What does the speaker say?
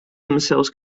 themselves